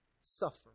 suffer